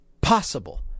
possible